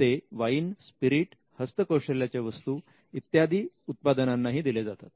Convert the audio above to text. ते wine spirit हस्त कौशल्याच्या वस्तू इत्यादी उत्पादनांनाही दिले जातात